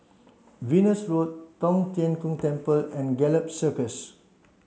Venus Road Tong Tien Kung Temple and Gallop Circus